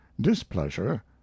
displeasure